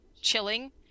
chilling